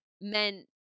meant